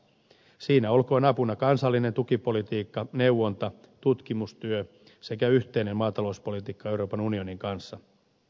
siinä olkoon apuna kansallinen tukipolitiikka neuvonta tutkimustyö sekä yhteinen maatalouspolitiikka euroopan unionin kanssa